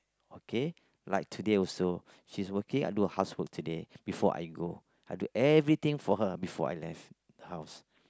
okay like today also she's working I do housework today before I go I do everything for her before I left the house